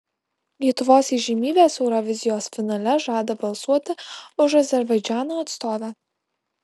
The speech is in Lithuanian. lietuvos įžymybės eurovizijos finale žada balsuoti už azerbaidžano atstovę